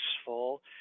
useful